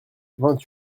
vingt